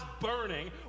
burning